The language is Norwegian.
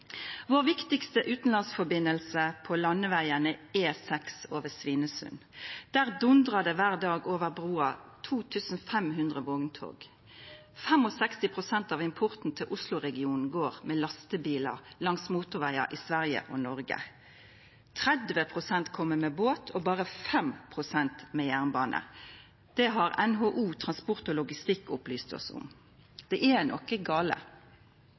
Vår viktigaste utanlandsforbindelse på landevegen er E6 over Svinesund. Der dundrar det kvar dag 2 500 vogntog over brua. 65 pst. av importen til Oslo-regionen går med lastebilar langs motorvegar i Sverige og Noreg. 30 pst. kjem med båt, og berre 5 pst. med jernbane. Det har NHO Logistikk og Transport opplyst oss om. Det er noko gale.